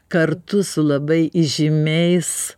kartu su labai įžymiais